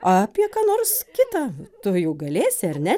apie ką nors kita tu juk galėsi ar ne